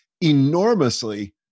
enormously